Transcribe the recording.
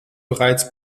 bereits